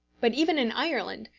but even in ireland,